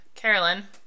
Carolyn